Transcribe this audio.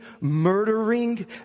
murdering